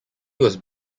was